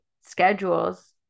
schedules